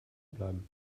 bleiben